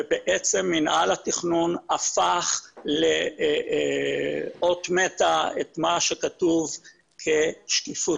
בעצם מינהל התכנון הפך לאות מתה את מה שכתוב כשקיפות.